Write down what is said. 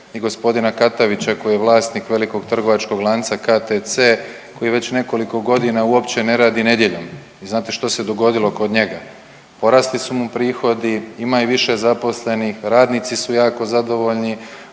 gospodina Katavića koji je vlasnik velikog trgovačkog lanca KTC koji već nekoliko godina uopće ne radi nedjeljom. Znate što se dogodilo kod njega? Porasli su mu prihodi, ima i više zaposlenih, radnici su jako zadovoljni,